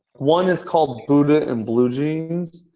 one is called buddha in blue jeans,